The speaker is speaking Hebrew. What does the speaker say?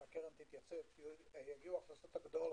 שהקרן תתייצב יגיעו ההכנסות הגדולות.